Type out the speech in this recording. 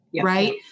Right